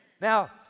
Now